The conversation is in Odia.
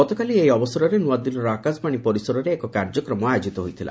ଗତକାଲି ଏହି ଉପଲକ୍ଷେ ନ୍ତଆଦିଲ୍ଲୀର ଆକାଶବାଣୀ ପରିସରରେ ଏକ କାର୍ଯ୍ୟକ୍ରମ ଆୟୋଜିତ ହୋଇଥିଲା